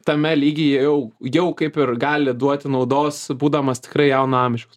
tame lygyje jau jau kaip ir gali duoti naudos būdamas tikrai jauno amžiaus